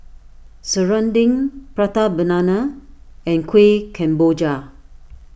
Serunding Prata Banana and Kueh Kemboja